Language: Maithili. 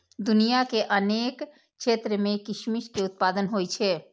दुनिया के अनेक क्षेत्र मे किशमिश के उत्पादन होइ छै